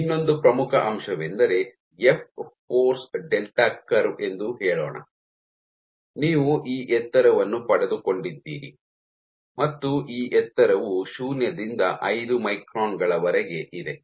ಇನ್ನೊಂದು ಪ್ರಮುಖ ಅಂಶವೆಂದರೆ ಎಫ್ ಫೋರ್ಸ್ ಡೆಲ್ಟಾ ಕರ್ವ್ ಎಂದು ಹೇಳೋಣ ನೀವು ಈ ಎತ್ತರವನ್ನು ಪಡೆದುಕೊಂಡಿದ್ದೀರಿ ಮತ್ತು ಈ ಎತ್ತರವು ಶೂನ್ಯದಿಂದ ಐದು ಮೈಕ್ರಾನ್ ಗಳವರೆಗೆ ಇದೆ